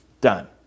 done